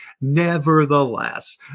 nevertheless